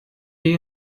you